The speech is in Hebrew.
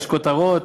יש כותרות?